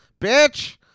bitch